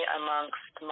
amongst